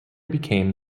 became